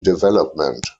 development